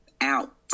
out